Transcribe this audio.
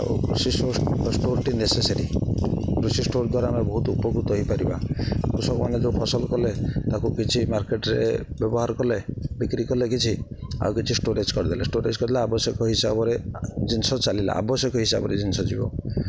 ଆଉ କୃଷି ଷ୍ଟୋର୍ଟି ନେସେସେରୀ କୃଷି ଷ୍ଟୋର୍ ଦ୍ୱାରା ଆମେ ବହୁତ ଉପକୃତ ହେଇପାରିବା କୃଷକମାନେ ଯେଉଁ ଫସଲ କଲେ ତାକୁ କିଛି ମାର୍କେଟ୍ରେ ବ୍ୟବହାର କଲେ ବିକ୍ରି କଲେ କିଛି ଆଉ କିଛି ଷ୍ଟୋରେଜ୍ କରିଦେଲେ ଷ୍ଟୋରେଜ୍ କରିଦେଲେ ଆବଶ୍ୟକ ହିସାବରେ ଜିନିଷ ଚାଲିଲା ଆବଶ୍ୟକ ହିସାବରେ ଜିନିଷ ଯିବ